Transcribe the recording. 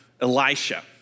Elisha